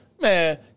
man